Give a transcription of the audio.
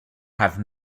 have